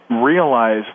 realize